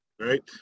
Right